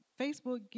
Facebook